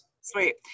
Sweet